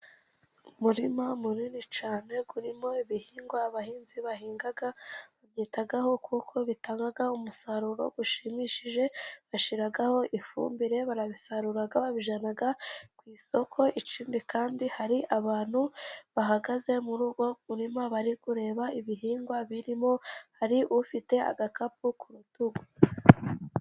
Umurima munini cyane urimo ibihingwa, abahinzi bahinga, babyitaho kuko bitanga umusaruro ushimishije, bashyiraho ifumbire, barabisarura, babijyana ku isoko ikindi kandi hari abantu bahagaze muri uwo murima bari kureba ibihingwa birimo, hari ufite agakapu ku rutugu.